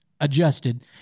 adjusted